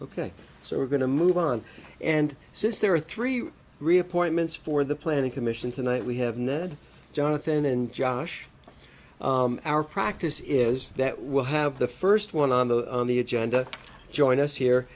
ok so we're going to move on and since there are three re appointments for the planning commission tonight we have ned jonathan and josh our practice is that we'll have the first one on the on the agenda join us here